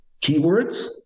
keywords